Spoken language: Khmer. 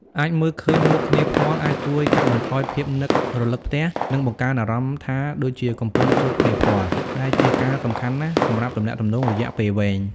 អាចមើលឃើញមុខគ្នាផ្ទាល់ អាចជួយកាត់បន្ថយភាពនឹករលឹកផ្ទះ និងបង្កើនអារម្មណ៍ថាដូចជាកំពុងជួបគ្នាផ្ទាល់ ដែលជាការសំខាន់ណាស់សម្រាប់ទំនាក់ទំនងរយៈពេលវែង ។